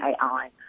AI